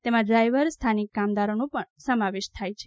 તેમાં ડ્રાઇવર સ્થાનિક કામદારનો પણ સમાવેશ થાય છે